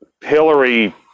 Hillary